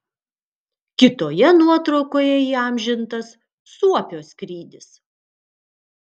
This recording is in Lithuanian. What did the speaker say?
kitoje nuotraukoje įamžintas suopio skrydis